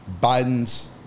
Biden's